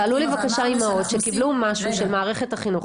תעלו לי בבקשה אימהות שקיבלו של מערכת החינוך,